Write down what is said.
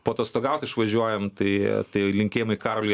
paatostogaut išvažiuojam tai tai linkėjimai karoliui